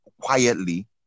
quietly